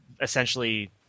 essentially